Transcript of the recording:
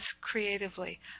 creatively